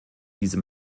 diese